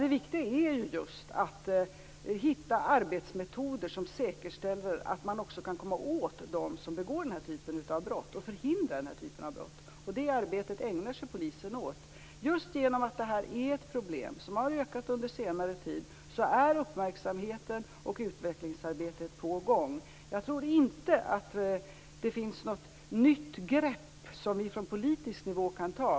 Det viktiga är just att hitta arbetsmetoder som säkerställer att man kan komma åt dem som begår den här typen av brott och förhindra den här typen av brott, och det arbetet ägnar sig polisen åt. Just genom att det här är ett problem som har ökat under senare tid är uppmärksamheten och utvecklingsarbetet på gång. Jag tror inte att det finns något nytt grepp som vi från politisk nivå kan ta.